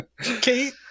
Kate